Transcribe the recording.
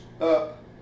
up